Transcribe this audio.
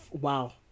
wow